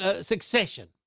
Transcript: succession